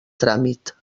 tràmit